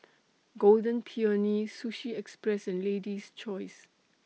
Golden Peony Sushi Express and Lady's Choice